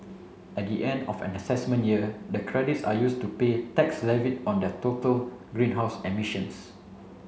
at the end of an assessment year the credits are used to pay tax levied on their total greenhouse emissions